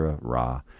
Ra